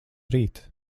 rīt